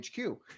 hq